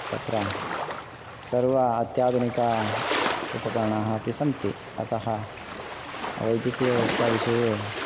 तत्र सर्व अत्याधुनिक उपकरणानि अपि सन्ति अतः वैद्यकीयव्यवस्थाविषये